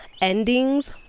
endings